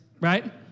Right